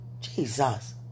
Jesus